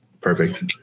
Perfect